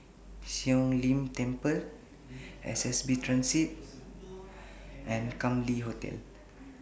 Siong Lim Temple S B S Transit and Kam Leng Hotel